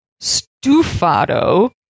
stufado